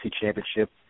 Championship